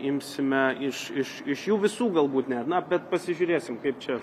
imsime iš iš iš jų visų galbūt net na bet pasižiūrėsim kaip čia